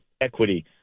equity